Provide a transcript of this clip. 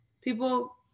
people